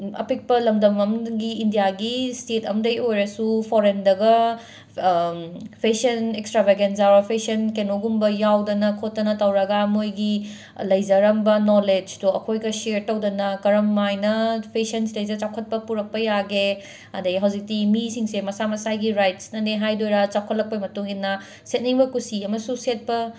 ꯑꯄꯤꯛꯄ ꯂꯝꯗꯝ ꯑꯃꯒꯤ ꯏꯟꯗꯤꯌꯥꯒꯤ ꯁ꯭ꯇꯦꯠ ꯑꯃꯗꯩ ꯑꯣꯏꯔꯁꯨ ꯐꯣꯔꯦꯟꯗꯒ ꯐꯦꯁꯟ ꯑꯦꯛ꯭ꯁꯇ꯭ꯔꯥꯚꯦꯒꯦꯟꯖ ꯑꯣꯔ ꯐꯦꯁꯟ ꯀꯩꯅꯣꯒꯨꯝꯕ ꯌꯥꯎꯗꯅ ꯈꯣꯠꯇꯅ ꯇꯧꯔꯒ ꯃꯣꯏꯒꯤ ꯂꯩꯖꯔꯝꯕ ꯅꯣꯂꯦꯗ꯭ꯖ ꯇꯣ ꯑꯩꯈꯣꯏꯒ ꯁꯦꯔ ꯇꯧꯗꯅ ꯀꯔꯝꯃꯥꯏꯅ ꯐꯦꯁꯟꯁꯤꯗꯩꯁꯤꯗ ꯆꯥꯎꯈꯠꯄ ꯄꯨꯔꯛꯄ ꯌꯥꯒꯦ ꯑꯗꯩ ꯍꯧꯖꯤꯛꯇꯤ ꯃꯤꯁꯤꯡꯁꯦ ꯃꯁꯥ ꯃꯁꯥꯒꯤ ꯔꯥꯏ꯭ꯇ꯭ꯁꯅꯅꯦ ꯍꯥꯏꯗꯣꯏꯔ ꯆꯥꯎꯈꯠꯂꯛꯄꯩ ꯃꯇꯨꯡ ꯏꯟꯅ ꯁꯦꯠꯅꯤꯡꯕ ꯀꯨꯁꯤ ꯑꯃꯁꯨ ꯁꯦꯠꯄ